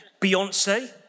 Beyonce